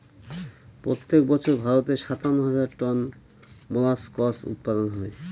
প্রত্যেক বছর ভারতে সাতান্ন হাজার টন মোল্লাসকস উৎপাদন হয়